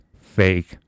fake